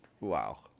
Wow